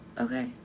okay